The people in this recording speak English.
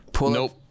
Nope